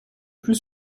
plus